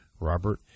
Robert